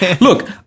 Look